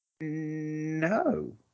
No